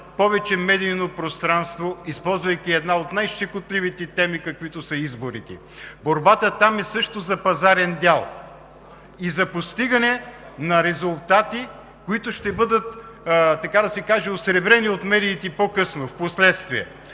повече медийно пространство, използвайки една от най-щекотливите теми, каквито са изборите. Борбата там е също за пазарен дял и за постигане на резултати, които ще бъдат, така да се каже, осребрени от медиите по-късно, в последствие.